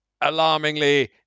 alarmingly